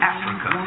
Africa